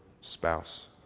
spouse